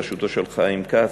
בראשותו של חיים כץ,